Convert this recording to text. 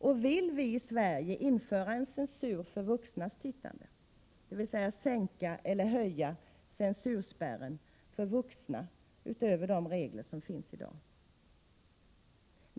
Och vill vi i Sverige införa en censur för vuxnas tittande, dvs. sänka eller höja censurspärren för vuxna utöver de regler som finns i dag?